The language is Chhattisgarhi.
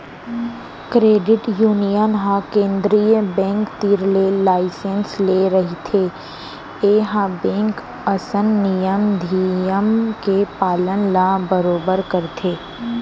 क्रेडिट यूनियन ह केंद्रीय बेंक तीर ले लाइसेंस ले रहिथे ए ह बेंक असन नियम धियम के पालन ल बरोबर करथे